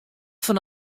fan